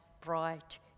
Bright